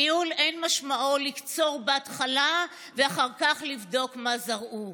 ניהול אין משמעו לקצור בהתחלה ואחר כך לבדוק מה זרעו.